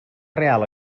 real